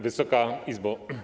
Wysoka Izbo!